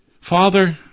Father